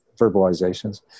verbalizations